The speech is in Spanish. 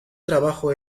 trabajo